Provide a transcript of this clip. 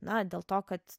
na dėl to kad